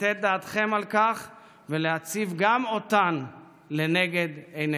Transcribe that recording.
לתת דעתכם על כך ולהציב גם אותן לנגד עיניכם.